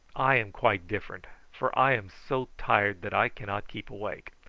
i am quite different, for i am so tired that i cannot keep awake.